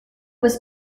was